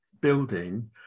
building